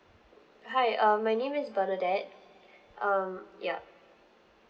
hi uh my name is bernadette um yup